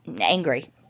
angry